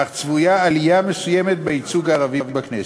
אך צפויה עלייה מסוימת בייצוג הערבי בכנסת,